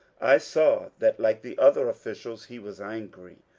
i saw that, like the other officials, he was angry,